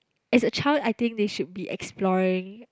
as a child I think they should be exploring